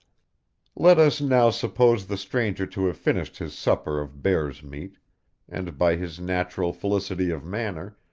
let us now suppose the stranger to have finished his supper of bear's meat and, by his natural felicity of manner,